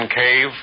cave